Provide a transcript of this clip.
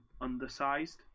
undersized